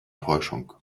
täuschung